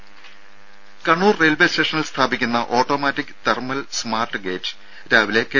രുര കണ്ണൂർ റെയിൽവെ സ്റ്റേഷനിൽ സ്ഥാപിക്കുന്ന ഓട്ടോമാറ്റിക് തെർമൽ സ്മാർട്ട് ഗേറ്റ് രാവിലെ കെ